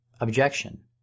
Objection